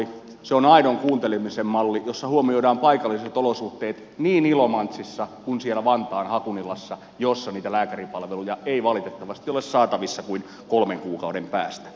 se on aidon kuuntelemisen malli jossa huomioidaan paikalliset olosuhteet niin ilomantsissa kuin siellä vantaan hakunilassa jossa niitä lääkäripalveluja ei valitettavasti ole saatavissa kuin kolmen kuukauden päästä